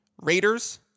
Raiders